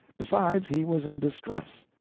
besides, he was in distress.